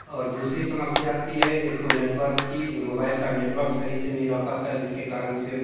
और दूसरी समस्या आती है एक तो नेटवर्क की जो मोबाइल का नेटवर्क सही से रह पाता जिस के कारण से